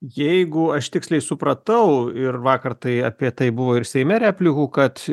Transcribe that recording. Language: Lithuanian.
jeigu aš tiksliai supratau ir vakar tai apie tai buvo ir seime replikų kad